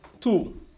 two